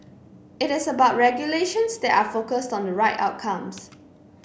it is about regulations that are focused on the right outcomes